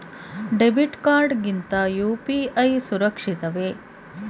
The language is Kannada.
ಡೆಬಿಟ್ ಕಾರ್ಡ್ ಗಿಂತ ಯು.ಪಿ.ಐ ಸುರಕ್ಷಿತವೇ?